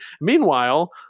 Meanwhile